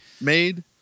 made